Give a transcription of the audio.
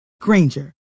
Granger